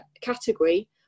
category